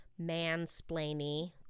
mansplainy